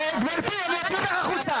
גברתי, אני אוציא אותך החוצה.